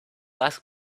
ask